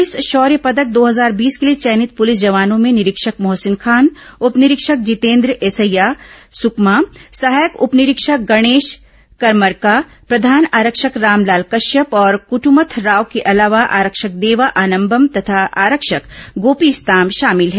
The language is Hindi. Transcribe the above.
प्रलिस शौर्य पदक दो हजार बीस के लिए चयनित पुलिस जवानों में निरीक्षक मोहसिन खान उपनिरीक्षक जितेंद्र एसैया सुकमा सहायक उपनिरीक्षक गणेश करमरका प्रधान आरक्षक रामलाल कश्यप और कुट्मथ राव के अलावा आरक्षक देवा आनंबम तथा आरक्षक गोपी इस्ताम शामिल है